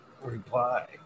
reply